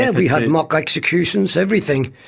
yeah we had mock executions, everything.